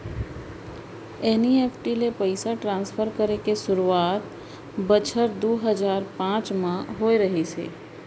NEFT ले पइसा transfer करे के सुरूवात बछर दू हजार पॉंच म होय रहिस हे